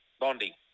Bondi